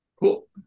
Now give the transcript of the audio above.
Cool